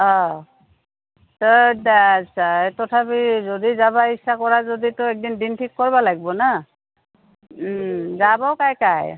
অঁ তথাপিও যদি যাব ইচ্ছা কৰা যদি তই একদিন দিন ঠিক কৰিব লাগিব না যাব কাই কাই